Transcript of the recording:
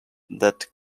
that